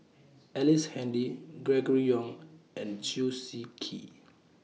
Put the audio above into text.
Ellice Handy Gregory Yong and Chew Swee Kee